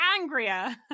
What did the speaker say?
angrier